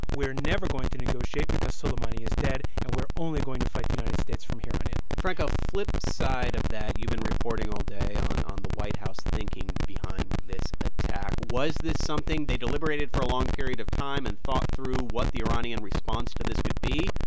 we're never going to negotiate because soleimani is dead, and we're only going to fight the united states from here on in? franco, flip side of that, you've been reporting all day on on the white house thinking behind this attack. was this something they deliberated for a long period of time and thought through what the iranian response to this could be?